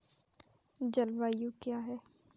जलवायु क्या है?